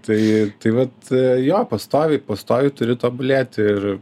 tai tai vat jo pastoviai pastoviai turi tobulėt ir